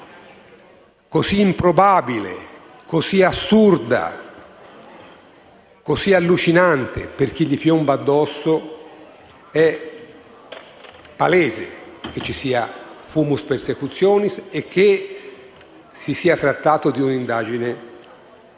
così improbabile, così assurda, così allucinante per colui al quale piomba addosso. È palese che ci sia *fumus persecutionis* e che si sia trattato di un'indagine lunga,